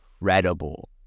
incredible